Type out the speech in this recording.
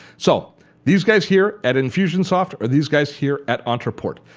so these guys here at infusionsoft or these guys here at ontraport.